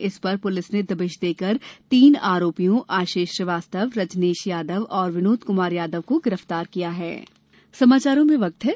इस पर पुलिस ने दबिश देकर तीन आरोपियों आशीष श्रीवास्तव रजनीश यादव और विनोद कुमार यादव को गिरफ्तार किया है